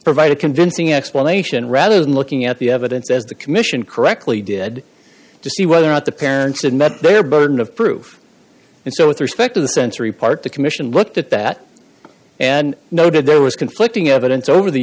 provide a convincing explanation rather than looking at the evidence as the commission correctly did to see whether or not the parents had met their burden of proof and so with respect to the sensory part the commission looked at that and noted there was conflicting evidence over the